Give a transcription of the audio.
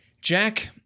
Jack